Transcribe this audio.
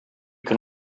can